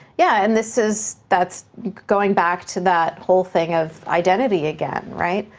yeah, and this is, that's going back to that whole thing of identity again, right?